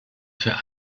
für